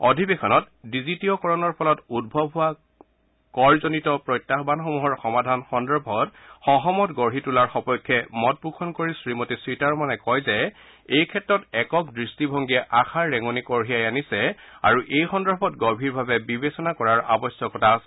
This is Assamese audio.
অধিৱেশনত ডিজিটিয়কৰণৰ ফলত উদ্ভৱ হোৱা কৰজনিত প্ৰত্যাহানসমূহৰ সমাধান সন্দৰ্ভত সহমত গঢ়ি তোলাৰ সপক্ষে মত পোষণ কৰি শ্ৰীমতী সীতাৰমনে কয় যে এইক্ষেত্ৰত একক দৃষ্টিভংগীয়ে আশাৰ ৰেঙণি কঢ়িয়াই আনিছে আৰু এই সন্দৰ্ভত গভীৰভাৱে বিবেচনা কৰাৰ আৱশ্যকতা আছে